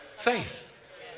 faith